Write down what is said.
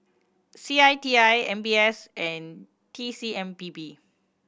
C I T I M B S and T C M P B